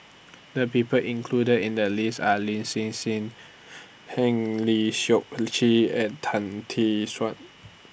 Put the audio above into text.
The People included in The list Are Lin Hsin Hsin Eng Lee Seok Chee and Tan Tee Suan